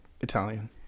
italian